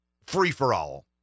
free-for-all